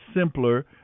simpler